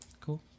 Cool